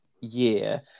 year